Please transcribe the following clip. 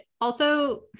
also-